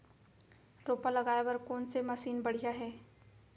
रोपा लगाए बर कोन से मशीन बढ़िया हे?